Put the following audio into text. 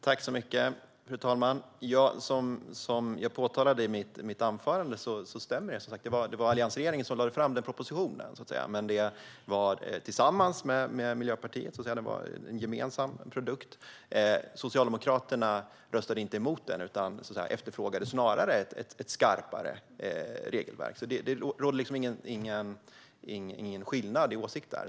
Fru talman! Som jag påpekade i mitt anförande stämmer detta - det var alliansregeringen som lade fram den propositionen. Det skedde dock tillsammans med Miljöpartiet. Det var en gemensam produkt. Socialdemokraterna röstade inte emot den utan efterfrågade snarare ett skarpare regelverk. Det råder ingen skillnad i åsikt där.